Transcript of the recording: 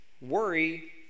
worry